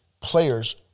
players